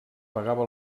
pagava